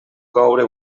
coure